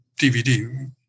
dvd